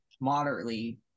moderately